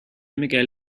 miguel